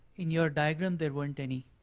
in your diagram there weren't any.